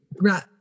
right